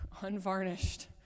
unvarnished